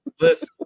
listen